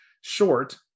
short